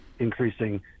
Increasing